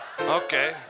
okay